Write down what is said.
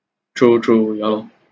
true true ya lor